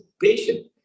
patient